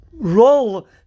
Role